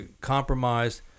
compromised